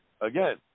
again